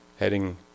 Heading